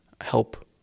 help